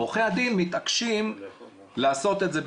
עורכי הדין מתעקשים לעשות את זה בשמם,